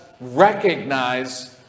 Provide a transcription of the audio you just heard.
recognize